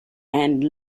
and